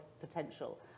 potential